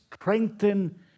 Strengthen